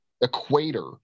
equator